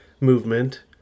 movement